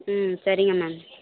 ம் சரிங்க மேம்